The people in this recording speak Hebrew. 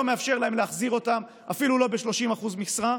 מאפשר להם להחזיר אותם אפילו לא ב-30% משרה,